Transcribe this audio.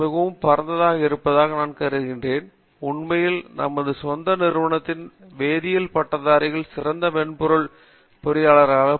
Kamakoti computer science மிகவும் பரந்ததாக இருப்பதாக நான் கருதுகிறேன் உண்மையில் நமது சொந்த நிறுவனத்திலிருந்து வேதியியல் பட்டதாரிகளே சிறந்த மென்பொருள் பொறியியலாளர்களை பார்த்திருக்கிறேன்